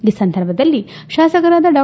ಈ ಸಂದರ್ಭದಲ್ಲಿ ಶಾಸಕರಾದ ಡಾ